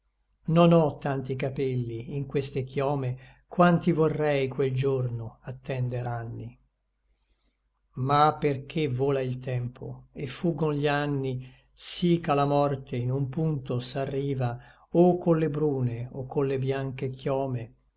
non ò tanti capelli in queste chiome quanti vorrei quel giorno attender anni ma perché vola il tempo et fuggon gli anni sí ch'a la morte in un punto s'arriva o colle brune o colle bianche chiome